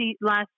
last